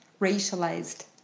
racialized